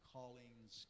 callings